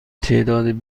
تعداد